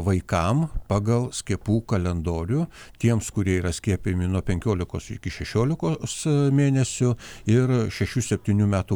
vaikam pagal skiepų kalendorių tiems kurie yra skiepijami nuo penkiolikos iki šešiolikos mėnesių ir šešių septynių metų